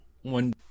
one